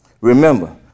Remember